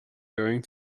going